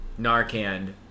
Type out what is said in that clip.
Narcan